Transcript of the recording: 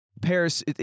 Paris